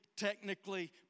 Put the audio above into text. technically